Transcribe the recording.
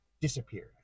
disappeared